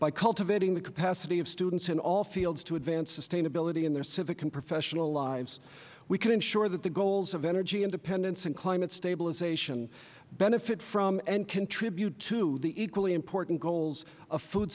by cultivating the capacity of students in all fields to advance sustainability in their civic and professional lives we can ensure that the goals of energy independence and climate stabilization benefit from and contribute to the equally important goals of food